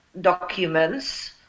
documents